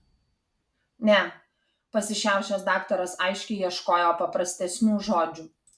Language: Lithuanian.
ne pasišiaušęs daktaras aiškiai ieškojo paprastesnių žodžių